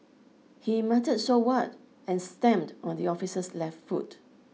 he muttered so what and stamped on the officer's left foot